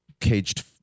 caged